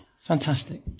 Fantastic